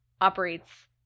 operates